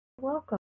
welcome